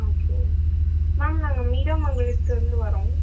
okay ma'am நாங்கள் நீடாமங்கலத்துலருந்து வரோம்